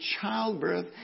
childbirth